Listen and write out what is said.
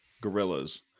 gorillas